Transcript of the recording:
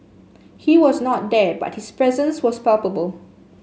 he was not there but his presence was palpable